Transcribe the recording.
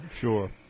sure